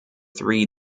three